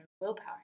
willpower